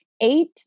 eight